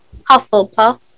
Hufflepuff